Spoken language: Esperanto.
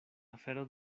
afero